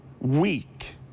weak